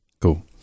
Cool